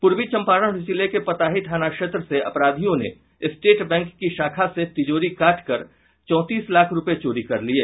पूर्वी चंपारण जिले के पताही थाना क्षेत्र से अपराधियों ने स्टेट बैंक की शाखा से तिजोरी काटकर चौतीस लाख रूपये चोरी कर लिये